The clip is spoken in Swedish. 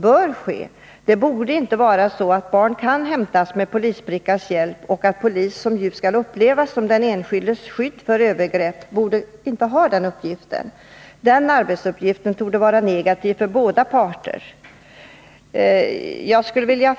Det borde Nr 65 inte vara så att barn hämtas med polisbrickas hjälp, och polis, som ju skall upplevas som den enskildes skydd mot övergrepp, borde inte ha den uppgiften. Den arbetsuppgiften torde vara negativ för båda parter.